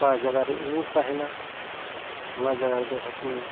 ᱚᱠᱟ ᱡᱟᱜᱟᱨᱮ ᱩᱢᱩᱞ ᱛᱟᱦᱮᱱᱟ ᱚᱱᱟ ᱡᱟᱜᱟ ᱨᱮᱫᱚ ᱦᱟᱹᱠᱩ